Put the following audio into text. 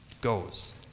goes